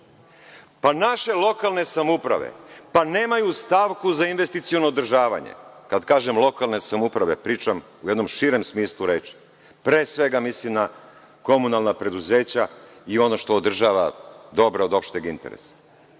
Pa, naše lokalne samouprave nemaju stavku za investiciono održavanje. Kad kažem lokalne samouprave, pričam u jednom širem smislu reči. Pre svega mislim na komunalna preduzeća i ono što održava dobro od opšteg interesa.